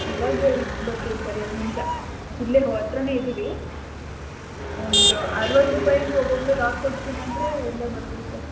ಇವಾಗಲೇ ಬರ್ತೀವಿ ಸರ್ ಎರಡು ನಿಮಿಷ ಇಲ್ಲೇ ಹತ್ತಿರನೇ ಇದ್ದೀವಿ ಒಂದು ಅರವತ್ತು ರೂಪಾಯಿ ಹಾಗೆ ಒಬ್ಬೊಬ್ಬರಿಗೆ ಹಾಕ್ಕೊಡ್ತೀನಿ ಅಂದರೆ ಇಲ್ಲೇ ಬರ್ತಿವಿ ಸರ್